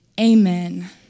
Amen